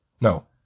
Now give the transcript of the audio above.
No